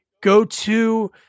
go-to